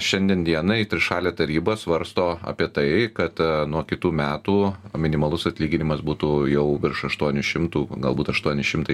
šiandien dienai trišalė taryba svarsto apie tai kad nuo kitų metų minimalus atlyginimas būtų jau virš aštuonių šimtų galbūt aštuoni šimtai